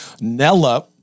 Nella